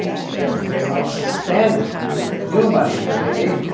suggesting they might suspend new new money for haiti.